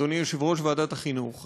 אדוני יושב-ראש ועדת החינוך,